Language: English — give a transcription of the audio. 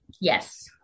yes